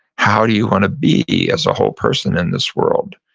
how do you wanna be as a whole person in this world?